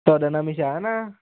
ਤੁਹਾਡਾ ਨਾਮ ਇਸ਼ਾਨ ਆ